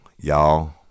Y'all